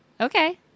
Okay